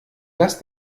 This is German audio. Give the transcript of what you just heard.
das